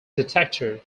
detector